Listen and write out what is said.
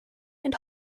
and